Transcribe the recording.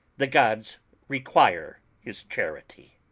the gods require his charity!